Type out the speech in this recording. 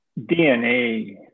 DNA